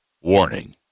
Warning